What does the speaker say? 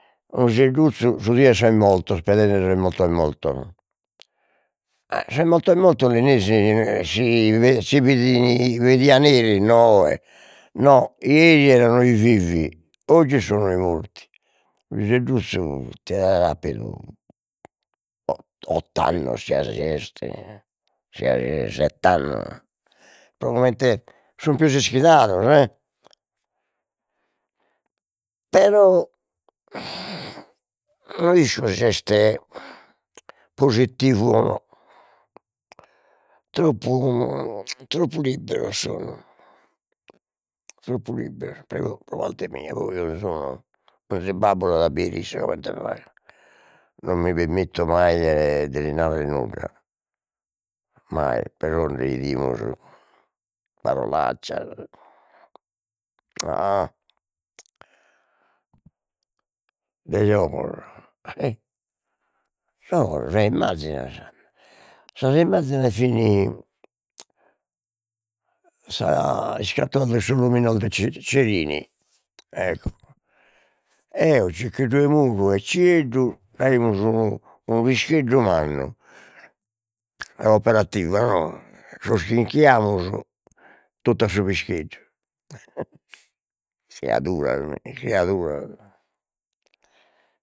Unu pisedduzzu su die 'e sos Mortos, pedende sos mortos mortos, a sos mortos mortos li nesi si fi si fit pedian eris no oe, no ieri erano i vivi, oggi sono i morti, unu pisedduzzu ite det aer appidu o- ott'annos, si 'asi est, si 'asi est, sett'annos, pro comente sun pius ischidados, però no isco si est positivu o no, troppu troppu libberos sun, troppu libberos però pro parte mia, poi 'onzi babbu l'at a bier isse comente fagher, non mi permitto mai de lis narrer nudda, mai, però nde 'idimus parolaccias a de giogos, e giogos e immazzinas, sas immazzinas, fin sas iscattulas de sos lominos de ce- cerini ecco, eo Ciccheddu 'emuru e Cieddu aimus unu unu pischeddu mannu, sa coooperativa no, sos chi 'inchiamus totu a su pischeddu criaduras mi criaduras